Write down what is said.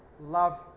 love